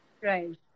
Right